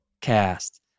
cast